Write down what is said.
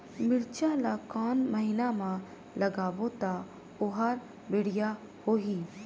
मिरचा ला कोन महीना मा लगाबो ता ओहार बेडिया होही?